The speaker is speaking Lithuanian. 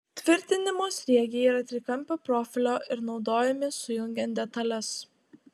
tvirtinimo sriegiai yra trikampio profilio ir naudojami sujungiant detales